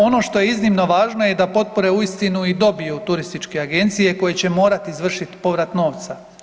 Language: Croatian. Ono što je iznimno važno je da potpore uistinu i dobiju turističke agencije koje će morati izvršit povrat novca.